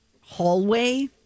hallway